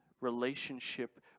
Relationship